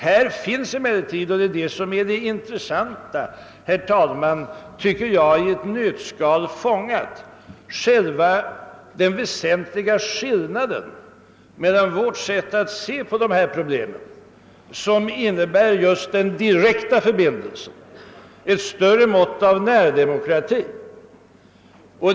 Här finns emellertid — och det är det intressanta, herr talman — fångad i ett nötskal själva den väsentliga skillnaden mellan vårt sätt att se på dessa problem och socialdemokraternas. Vi anser att just den direkta förbindelsen, ett större mått av närdemokrati, är det väsentliga.